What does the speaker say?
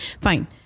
fine